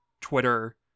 Twitter